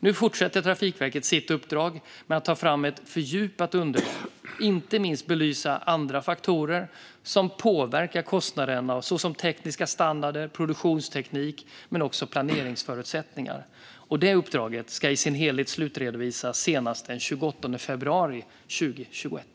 Nu fortsätter Trafikverket sitt uppdrag med att ta fram ett fördjupat underlag och inte minst belysa andra faktorer som påverkar kostnaderna såsom tekniska standarder, produktionsteknik och planeringsförutsättningar. Det uppdraget ska slutredovisas i sin helhet senast den 28 februari 2021.